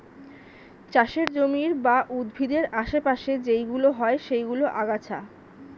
চাষের জমির বা উদ্ভিদের আশে পাশে যেইগুলো হয় সেইগুলো আগাছা